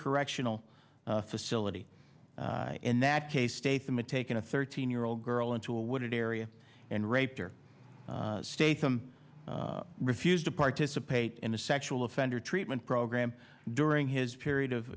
correctional facility in that case state them a taking a thirteen year old girl into a wooded area and raped her state them refused to participate in a sexual offender treatment program during his period of